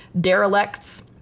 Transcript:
derelicts